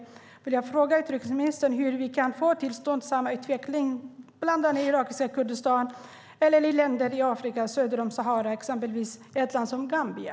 Jag vill fråga utrikesministern hur vi kan få till stånd samma utveckling i bland annat irakiska Kurdistan och i länder i Afrika söder om Sahara, till exempel Gambia.